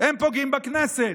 הם פוגעים בכנסת.